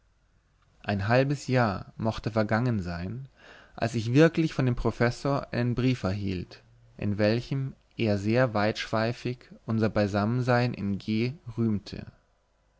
ein halbes jahr mochte vergangen sein als ich wirklich von dem professor einen brief erhielt in welchem er sehr weitschweifig unser beisammensein in g